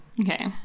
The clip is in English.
okay